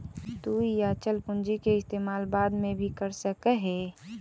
तु इ अचल पूंजी के इस्तेमाल बाद में भी कर सकऽ हे